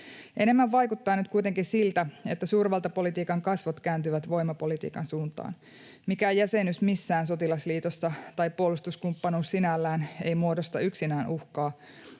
Enemmän vaikuttaa nyt kuitenkin siltä, että suurvaltapolitiikan kasvot kääntyvät voimapolitiikan suuntaan. Mikään jäsenyys missään sotilasliitossa tai puolustuskumppanuus sinällään ei muodosta yksinään uhkaa,